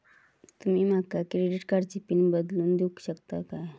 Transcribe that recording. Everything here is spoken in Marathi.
तुमी माका क्रेडिट कार्डची पिन बदलून देऊक शकता काय?